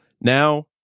now